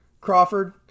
Crawford